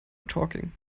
talking